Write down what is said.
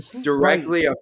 directly